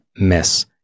Miss